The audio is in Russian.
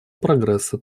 прогресса